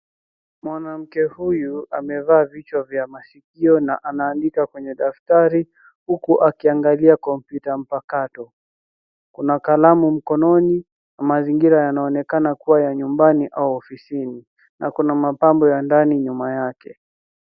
Mwanamke huyu amevaa vichwa vya masikio na anaandika kwenye daftari huku akiangalia kompyuta mpakato. Kuna kalamu mkononi na mazingira yanaonekana kuwa ya nyumbani au ofisini. Na kuna mapambo ya ndani nyuma yake.